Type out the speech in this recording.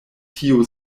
tio